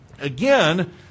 again